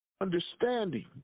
understanding